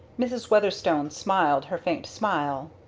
mrs. weatherstone smiled her faint smile.